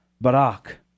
Barak